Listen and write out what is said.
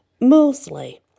Mostly